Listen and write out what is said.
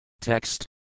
Text